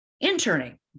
interning